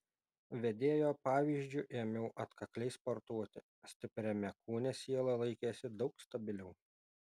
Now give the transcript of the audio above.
vedėjo pavyzdžiu ėmiau atkakliai sportuoti stipriame kūne siela laikėsi daug stabiliau